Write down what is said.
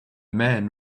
man